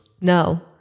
No